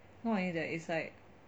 not only that it's like